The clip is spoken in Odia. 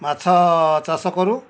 ମାଛଚାଷ କରୁ